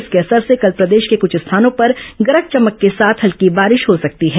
इसके असर से कल प्रदेश के कुछ स्थानों पर गरज चमक के साथ हल्की बारिश हो सकती है